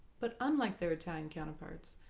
but unlike their italian counterparts,